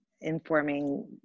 informing